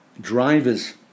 drivers